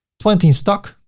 twenty in stock,